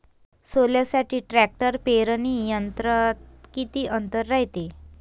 सोल्यासाठी ट्रॅक्टर पेरणी यंत्रात किती अंतर रायते?